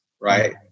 right